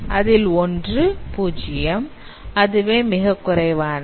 அதில் ஒன்று பூஜ்ஜியம் அதுவே மிகக் குறைவானது